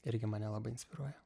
irgi mane labai inspiruoja